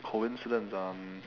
coincidence um